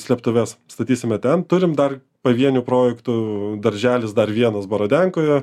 slėptuves statysime ten turim dar pavienių projektų darželis dar vienas baradenkojo